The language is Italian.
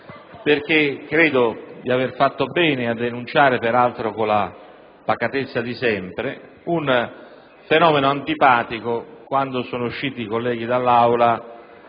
perché credo di aver fatto bene a denunciare, peraltro con la pacatezza di sempre, un fenomeno antipatico. Quando i colleghi sono usciti dall'Aula,